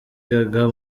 gaga